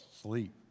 Sleep